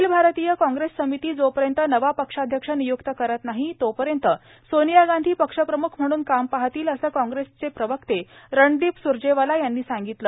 अखिल भारतीय कॉग्रेस समिती जोपर्यंत नवा पक्षाध्यक्ष निय्क्त करत नाही तोपर्यंत सोनिया गांधी पक्षप्रम्ख म्हणून काम पाहतील असं कॉग्रेस प्रवक्ते रणदीप स्र्जेवाला यांनी सांगितलं